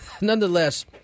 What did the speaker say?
nonetheless